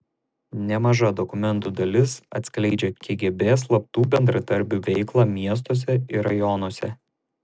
nemaža dokumentų dalis atskleidžia kgb slaptų bendradarbių veiklą miestuose ir rajonuose